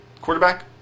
Quarterback